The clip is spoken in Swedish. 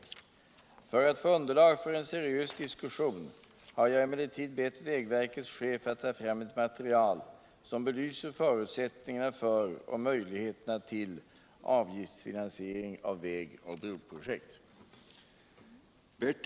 För att få underlag för en seriös diskussion har jag Om planerna på avgiftsbeläggning av vägar och broar Om planerna på avgiftsbeläggning av vägar och broar emellertid bett vägverkets chef att ta fram ett material som belyser förutsättningarna för och möjligheterna till avgiftsfinansiering av väg och broprojekt.